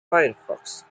firefox